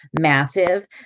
massive